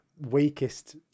weakest